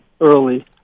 early